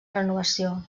renovació